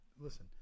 Listen